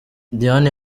diane